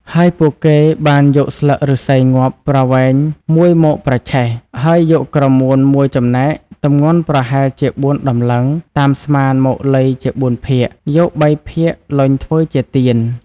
ហើយពួកគេបានយកស្លឹកឫស្សីងាប់ប្រវែងមួយមកប្រឆេះ ហើយយកក្រមួនមួយចំណែកទម្ងន់ប្រហែលជាបួនតម្លឹងតាមស្មានមកលៃជាបួនភាគ យកបីភាគលញ់ធ្វើជាទៀន។